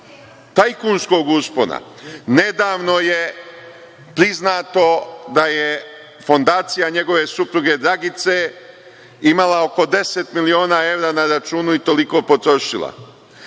tajkunskog uspona. Nedavno je priznato da je fondacija njegove supruge Dragice imala oko 10 miliona evra na računu i toliko potrošila.